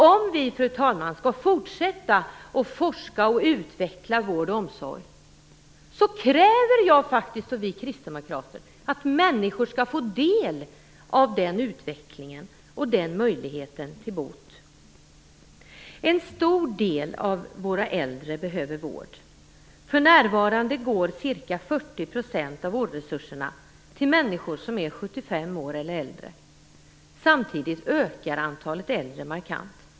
Om vi skall fortsätta att forska och utveckla vård och omsorg kräver jag och vi kristdemokrater att människor skall få del av den utvecklingen och möjligheten till bot. En stor del av de äldre behöver vård. För närvarande går ca 40 % av vårdresurserna till människor som är 75 år och äldre. Samtidigt ökar antalet gamla markant.